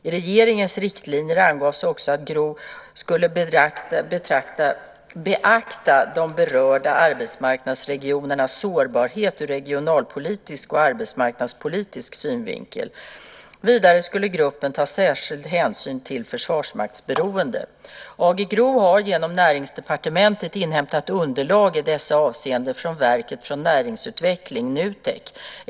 I regeringens riktlinjer angavs också att AG GRO skulle beakta de berörda arbetsmarknadsregionernas sårbarhet ur regionalpolitisk och arbetsmarknadspolitisk synvinkel. Vidare skulle gruppen ta särskild hänsyn till försvarsmaktsberoendet. AG GRO har genom Näringsdepartementet inhämtat underlag i dessa avseenden från Verket för näringsutveckling .